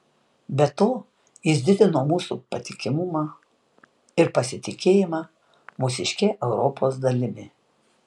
be to jis didino mūsų patikimumą ir pasitikėjimą mūsiške europos dalimi